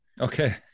Okay